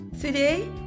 Today